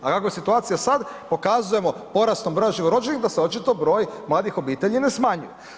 A kakva je situacija sad, pokazujemo porastom broja živorođenih da se očito broj mladih obitelji ne smanjuje.